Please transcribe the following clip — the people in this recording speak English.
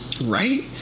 Right